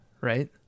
right